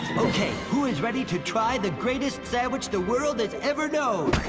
okay, who is ready to try the greatest sandwich the world has ever known?